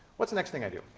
what's the next thing i do?